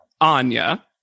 Anya